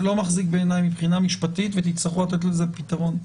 זה לא מחזיק בעיני מבחינה משפטית ותצטרכו לתת לזה פתרון.